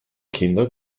kinder